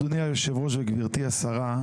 אדוני היושב ראש וגברתי השרה,